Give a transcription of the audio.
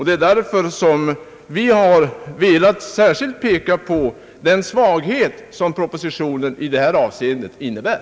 Det är anledningen till att vi har velat peka på den svaghet som propositionen i detta avseende innebär.